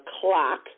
clock